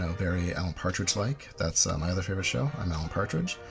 and very alan partridge-like. that's my other favourite show, i'm alan partridge,